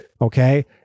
Okay